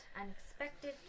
unexpected